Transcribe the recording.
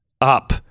up